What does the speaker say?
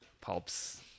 Pulps